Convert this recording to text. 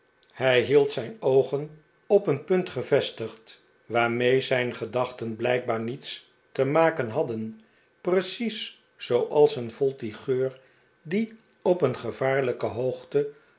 hij hield zijn oogen op een punt gevestigd waarmee zijn gedachten blijkbaar niets te maken hadden precies zooals een voltigeur die op een gevaarlijke hoogte